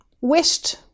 wished